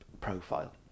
profile